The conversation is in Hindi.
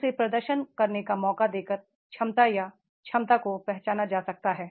उसे प्रदर्शन करने का मौका देकर क्षमता या क्षमता को पहचाना जा सकता है